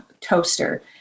toaster